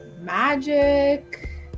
Magic